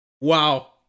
Wow